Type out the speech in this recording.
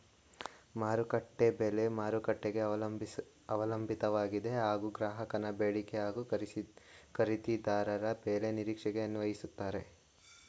ಮಾರುಕಟ್ಟೆ ಬೆಲೆ ಮಾರುಕಟ್ಟೆಗೆ ಅವಲಂಬಿತವಾಗಿದೆ ಹಾಗೂ ಗ್ರಾಹಕನ ಬೇಡಿಕೆ ಹಾಗೂ ಖರೀದಿದಾರರ ಬೆಲೆ ನಿರೀಕ್ಷೆಗೆ ಅನ್ವಯಿಸ್ತದೆ